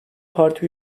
parti